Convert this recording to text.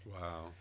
Wow